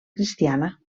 cristiana